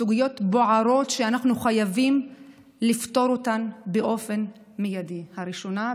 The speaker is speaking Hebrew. סוגיות בוערות שאנחנו חייבים לפתור אותן באופן מיידי: הראשונה,